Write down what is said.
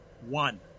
one